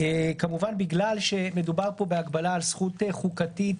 כמובן בגלל שמדובר פה בהגבלה של זכות חוקתית